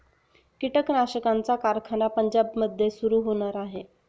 कीटकनाशकांचा कारखाना पंजाबमध्ये सुरू होणार आहे